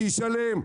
שישלם.